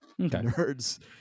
nerds